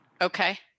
Okay